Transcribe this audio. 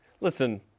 Listen